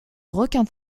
requin